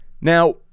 Now